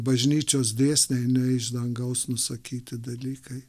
bažnyčios dėsniai ne iš dangaus nusakyti dalykai